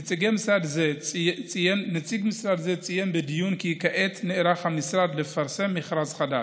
נציג משרד זה ציין בדיון כי כעת נערך המשרד לפרסם מכרז חדש.